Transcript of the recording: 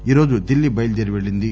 ఈరోజు ఢిల్లీ బయలుదేరి పెళ్లింది